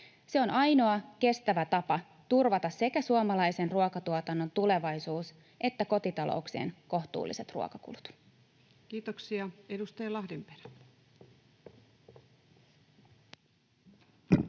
Se on ainoa kestävä tapa turvata sekä suomalaisen ruokatuotannon tulevaisuus että kotitalouksien kohtuulliset ruokakulut. Kiitoksia. — Edustaja Lahdenperä.